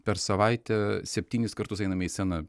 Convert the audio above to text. per savaitę septynis kartus einame į sceną